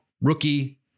rookie